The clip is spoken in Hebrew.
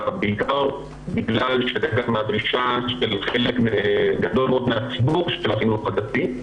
בעיקר בגלל שזה חלק מהדרישה של חלק גדול מאוד מהציבור של החינוך הדתי,